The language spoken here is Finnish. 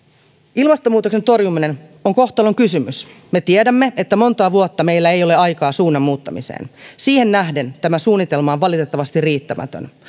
ilmastonmuutoksen torjuminen on kohtalonkysymys me tiedämme että montaa vuotta meillä ei ole aikaa suunnan muuttamiseen siihen nähden tämä suunnitelma on valitettavasti riittämätön